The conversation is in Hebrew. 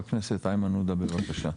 חה"כ איימן עודה, בבקשה.